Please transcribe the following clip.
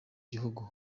gihugu